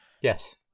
Yes